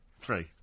Three